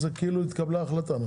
אז זה כאילו התקבלה החלטה,